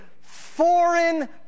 foreign